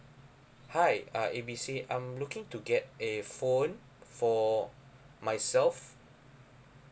hi uh A B C I'm looking to get a phone for myself